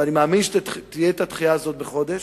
ואני מאמין שתהיה הדחייה הזאת בחודש.